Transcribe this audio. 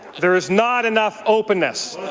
there is not enough openness.